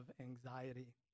anxiety